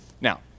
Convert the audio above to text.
Now